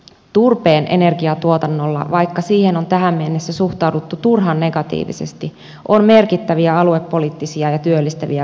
turpeen energiatuotannolla vaikka siihen on tähän mennessä suhtauduttu turhan negatiivisesti on merkittäviä aluepoliittisia ja työllistäviä vaikutuksia